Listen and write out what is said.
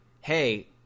hey